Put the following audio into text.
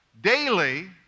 Daily